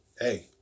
Hey